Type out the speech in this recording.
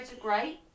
great